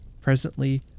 Presently